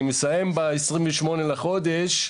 אני מסיים ב-28 לחודש,